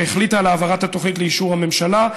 שהחליטה על העברת התוכנית לאישור הממשלה,